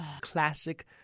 Classic